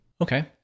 Okay